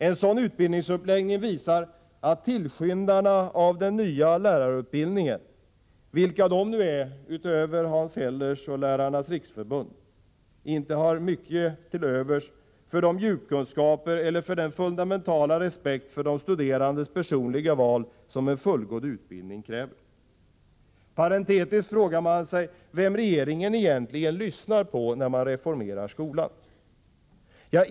En sådan utbildningsuppläggning visar att tillskyndarna av den nya lärarutbildningen — vilka de nu är utöver Hans Hellers och Sveriges lärarförbund — inte har mycket till övers för de djupkunskaper eller för den fundamentala respekt för de studerandes personliga val som en fullgod utbildning kräver. Parentetiskt frågar man sig vem regeringen egentligen lyssnar på när den reformerar skolan.